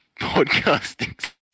podcasting